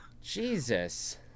Jesus